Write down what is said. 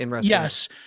Yes